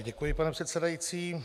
Děkuji, pane předsedající.